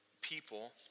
people